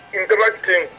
interacting